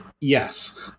Yes